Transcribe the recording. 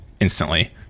instantly